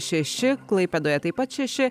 šeši klaipėdoje taip pat šeši